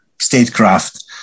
statecraft